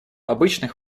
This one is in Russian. обычных